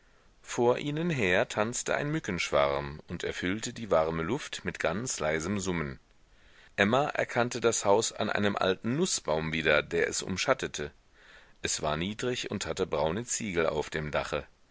vor ihnen her tanzte ein mückenschwarm und erfüllte die warme luft mit ganz leisem summen emma erkannte das haus an einem alten nußbaum wieder der es umschattete es war niedrig und hatte braune ziegel auf dem dache